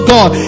God